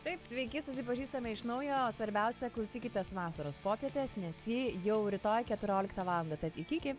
taip sveiki susipažįstame iš naujo o svarbiausia klausykitės vasaros popietės nes ji jau rytoj keturioliktą valandą tad iki iki